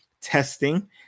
testing